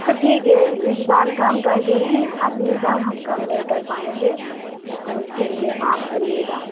तो ठीक है इस बार कम कर दे रहे हैं अगली बार हम कम नहीं पाएँगे तो उसके लिए माफ़ करिएगा